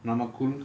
நமக்குள்:namakkul